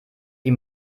die